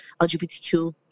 LGBTQ